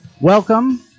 Welcome